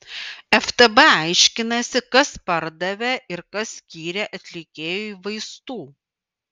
ftb aiškinasi kas pardavė ir kas skyrė atlikėjui vaistų